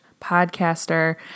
podcaster